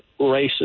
racist